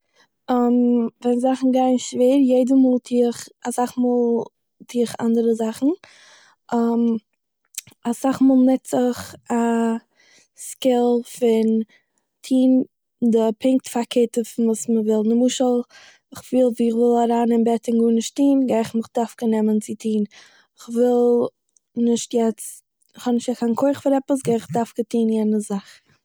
ווען זאכן גייען שווער יעדע מאל טוה איך- אסאך מאל טוה איך אנדערע זאכן, אסאך מאל ניץ איך א סקיל פון טוהן די פונקט פארקערטע פון וואס מען וויל, למשל, איך פיל ווי איך וויל אריין אין בעט און גארנישט טוהן - גיי איך מיך דווקא צו טוהן. איך וויל נישט יעצט, כ'האב נישט קיין כח פאר עפעס - גיי איך דווקא טוהן יענע זאך